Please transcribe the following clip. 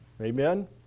Amen